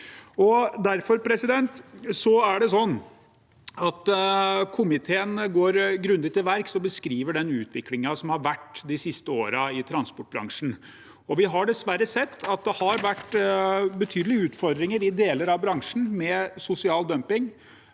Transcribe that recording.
langs veiene våre. Derfor går komiteen grundig til verks og beskriver den utviklingen som har vært de siste årene i transportbransjen. Vi har dessverre sett at det har vært betydelige utfordringer i deler av bransjen med sosial dumping,